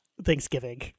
Thanksgiving